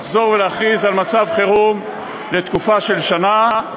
לחזור ולהכריז על מצב חירום לתקופה של שנה,